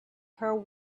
her